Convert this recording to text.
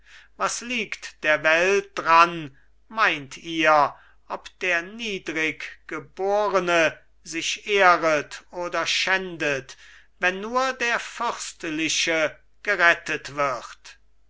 was liegt der welt dran meint ihr ob der niedrig geborene sich ehret oder schändet wenn nur der fürstliche gerettet wird